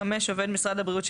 (5)עובד משרד הבריאות,